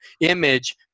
image